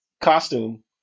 costume